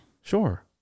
sure